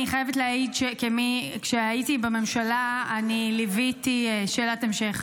אני חייבת להעיד שכשהייתי בממשלה ליוויתי שאלת המשך.